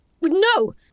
No